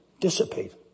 Dissipate